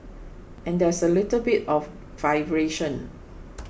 and there's a little bit of vibration